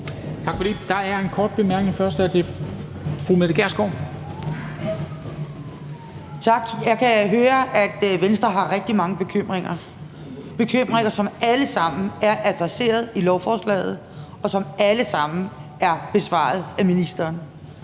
er det fru Mette Gjerskov. Kl. 11:23 Mette Gjerskov (S): Tak. Jeg kan høre, at Venstre har rigtig mange bekymringer – bekymringer, som alle sammen er adresseret i lovforslaget, og som alle sammen er besvaret af ministeren.